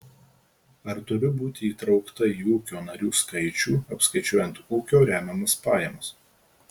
ar turiu būti įtraukta į ūkio narių skaičių apskaičiuojant ūkio remiamas pajamas